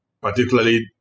particularly